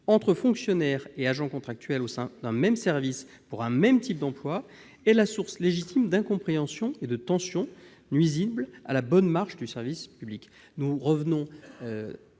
entre fonctionnaires et agents contractuels au sein d'un même service pour un même type d'emploi est la source légitime d'incompréhensions et de tensions, nuisibles à la bonne marche du service public. Avec ce point,